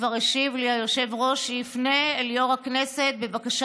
כבר השיב לי היושב-ראש שיפנה אל יושב-ראש הכנסת בבקשה